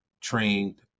trained